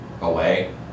away